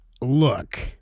Look